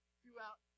throughout